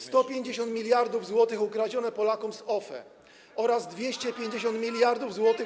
150 mld zł ukradzione Polakom z OFE oraz 250 mld zł.